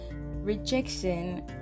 rejection